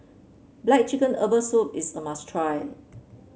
black chicken Herbal Soup is a must try